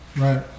right